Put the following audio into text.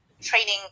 training